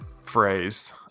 phrase